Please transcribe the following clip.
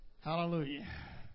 Hallelujah